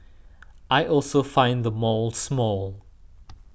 I also find the mall small